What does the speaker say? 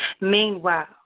Meanwhile